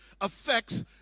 affects